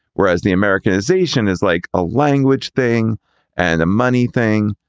whereas the americanization is like a language thing and the money thing.